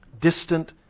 distant